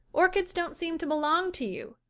orchids don't seem to belong to you.